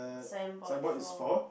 signboard for